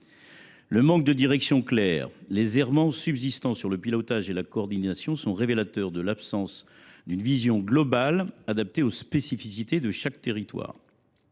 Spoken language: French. Le manque de direction claire et les errements persistants en matière de pilotage et de coordination sont révélateurs de l’absence d’une vision globale adaptée aux spécificités de chaque territoire.